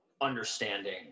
understanding